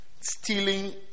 stealing